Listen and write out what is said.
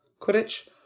Quidditch